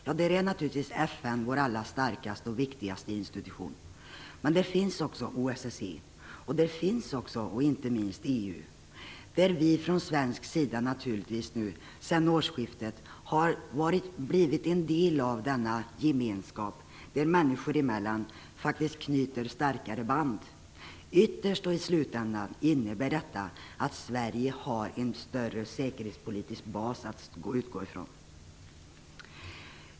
FN är naturligtvis vår allra starkaste och viktigaste institution, men vi har också OSSE och inte minst EU. Vi har på svenskt håll sedan den 1 januari blivit en del av denna gemenskap, där man knyter starkare band människor emellan. Ytterst innebär detta att Sverige har en större säkerhetspolitisk bas att utgå från.